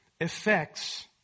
effects